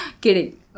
kidding